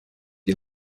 die